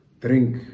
Drink